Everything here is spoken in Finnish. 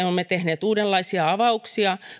olemme tehneet myös uudenlaisia avauksia